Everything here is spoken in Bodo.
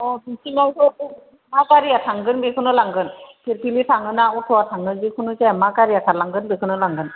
अ' बेसिमावथ' मा गारिया थांगोन बेखौनो लांगोन फिरफिलि थाङो ना अथ'आ थाङो जेखुनु जाया मा गारिया खारलांगोन बेखौनो लांगोन